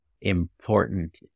important